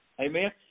Amen